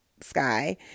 Sky